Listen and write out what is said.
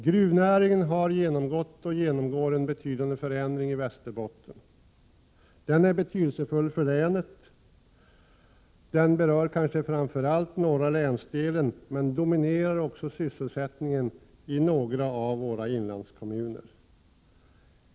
Gruvnäringen i Västerbotten har genomgått och genomgår en betydande förändring. Den är betydelsefull för länet. Den berör kanske framför allt norra länsdelen men dominerar också sysselsättningen i några av våra inlandskommuner.